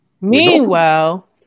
Meanwhile